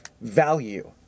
value